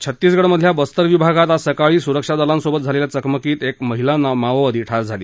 छत्तीसगडमधल्या बस्तर विभागात आज सकाळी सुरक्षादलां सोबत झालेल्या चकमकीत एक महिला माओवादी ठार झाली